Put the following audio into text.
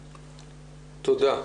תודה.